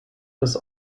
des